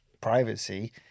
privacy